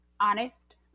honest